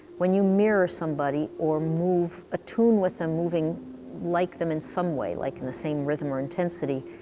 when you mirror somebody, or move a tune with them, moving like them in some way like in the same rhythm or intensity,